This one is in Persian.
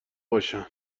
باشن